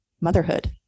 motherhood